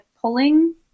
pulling